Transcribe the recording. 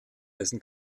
dessen